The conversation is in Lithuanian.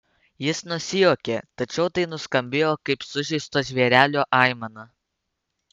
jis nusijuokė tačiau tai nuskambėjo kaip sužeisto žvėrelio aimana